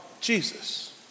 Jesus